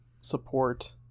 support